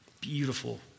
beautiful